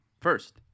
First